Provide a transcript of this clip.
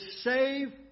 save